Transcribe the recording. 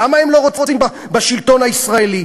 למה הם לא רוצים בשלטון הישראלי?